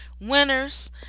winners